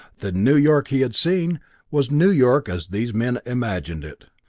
the new york he had seen was new york as these men imagined it.